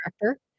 director